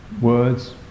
words